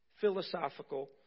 philosophical